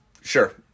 Sure